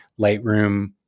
Lightroom